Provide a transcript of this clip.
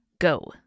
go